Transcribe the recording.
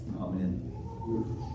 Amen